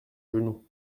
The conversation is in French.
genoux